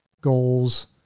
goals